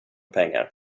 pengar